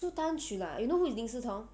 出单曲 lah you know who is lin si tong